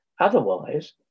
Otherwise